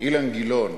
אילן גילאון